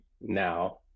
now